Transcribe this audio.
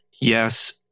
Yes